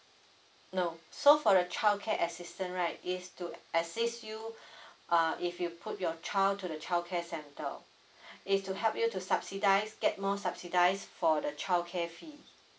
no so for the childcare assistance right is to assist you uh if you put your child to the childcare center is to help you to subsidise get more subsidise for the childcare fee